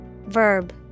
Verb